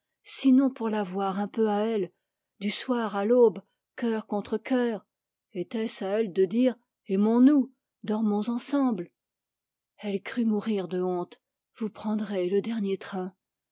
sinon pour l'avoir un peu à elle du soir à l'aube cœur contre cœur était-ce à elle de dire aimons-nous dormons ensemble elle crut mourir de honte vous prendrez le dernier train